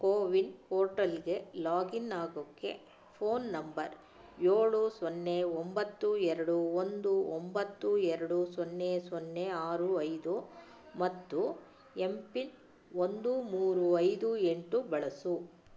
ಕೋವಿನ್ ಪೋರ್ಟಲ್ಗೆ ಲಾಗಿನ್ ಆಗೋಕ್ಕೆ phone number ಏಳು ಸೊನ್ನೆ ಒಂಬತ್ತು ಎರಡು ಒಂದು ಒಂಬತ್ತು ಎರಡು ಸೊನ್ನೆ ಸೊನ್ನೆ ಆರು ಐದು ಮತ್ತು ಎಂ ಪಿನ್ ಒಂದು ಮೂರು ಐದು ಎಂಟು ಬಳಸು